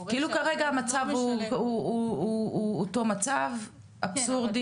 כרגע המצב הוא אותו מצב, אבסורדי,